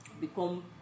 become